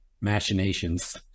machinations